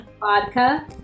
vodka